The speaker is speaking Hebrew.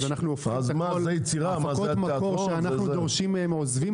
הפקות מקור שאנחנו דורשים מהם עוזבים